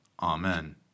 Amen